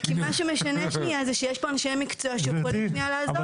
כי מה שמשנה שנייה זה שיש פה אנשי מקצוע שיכולים שנייה לעזור לנו.